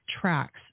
tracks